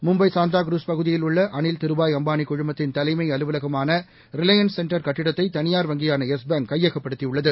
மும்பைசாண்டாக்ரூஸ் பகுதியில் உள்ளஅனில் Dhirubhai அம்பானிகுழுமத்தின் தலைமைஅலுவலகமானரிலையன்ஸ் centre கட்டிடத்தைதனியார் வங்கியானயெஸ் bank கையகப்படுத்தியுள்ளது